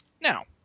Now